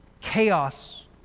chaos